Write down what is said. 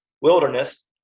wilderness